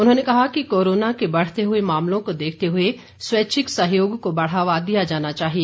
उन्होंने कहा कि कोरोना के बढ़ते हए मामलों को देखते हए स्वैच्छिक सहयोग को बढ़ावा दिया जाना चाहिए